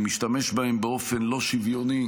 משתמש בהם באופן לא שוויוני